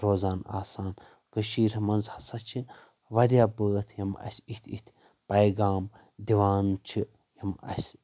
روزان آسان کٔشیٖرِ منٛز ہسا چھِ وارِیاہ بٲتھ یم اسہِ اِتھ اِتھ پیغام دِوان چھِ یم اسہِ